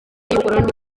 y’ubukoloni